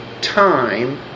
time